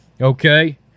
okay